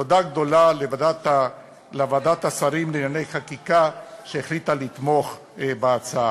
תודה גדולה לוועדת השרים לענייני חקיקה שהחליטה לתמוך בהצעה.